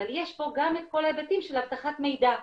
אבל יש פה גם את כל ההיבטים של אבטחת מידע.